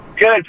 Good